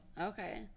Okay